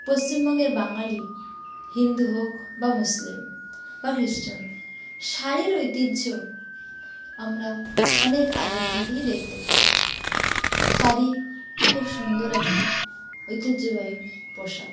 পশ্চিমবঙ্গের বাঙালি হিন্দু হোক বা মুসলিম বা খ্রিস্টান শাড়ির ঐতিহ্য আমরা অনেক আগে থেকেই দেখতে পাই শাড়ি খুব সুন্দর একটি ঐতিহ্যবাহী পোশাক